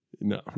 No